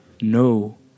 no